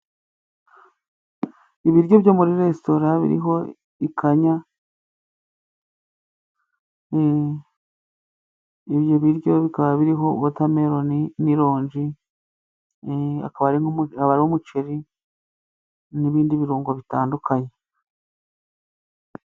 Ibiryo byo muri resitora biriho ikanya, ibyo biryo bikaba biriho wotameloni n'ironji, n'umuceri n'ibindi birungo bitandukanye.